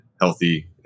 healthy